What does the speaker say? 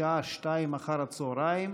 בשעה 14:00,